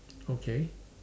okay